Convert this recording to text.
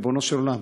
ריבונו של עולם.